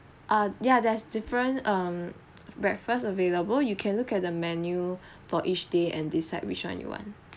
uh yeah there's different um breakfast available you can look at the menu for each day and decide which one you want